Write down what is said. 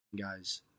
guys